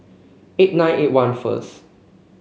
eight nine eight one first